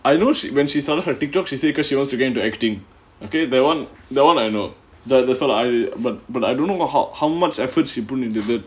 I know she when she started her TikTok she say because she wants to get into acting okay that [one] that [one] I know that that's why I but but I don't know how how much effort she put into it